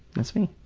that's me.